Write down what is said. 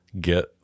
get